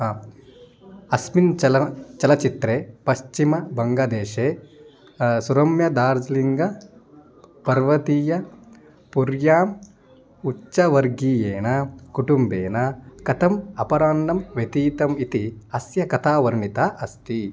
अस्मिन् चलन चलच्चित्रे पश्चिमबङ्गदेशे सुरम्य दार्जिलिङ्ग् पर्वतीयपुर्याम् उच्चवर्गीयेण कुटुम्बेन कथम् अपराह्नं व्यतीतम् इति अस्य कथा वर्णिता अस्ति